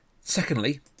Secondly